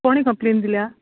कोणी कंप्लेन दिल्या